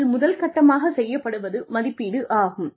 அதில் முதல் கட்டமாகச் செய்யப்படுவது மதிப்பீடு ஆகும்